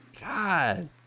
God